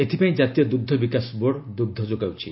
ଏଥିପାଇଁ ଜାତୀୟ ଦୁଗ୍ଧ ବିକାଶ ବୋର୍ଡ୍ ଦୁଗ୍ଧ ଯୋଗାଉଛି